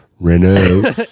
Renault